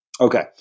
Okay